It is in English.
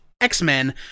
X-Men